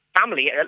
family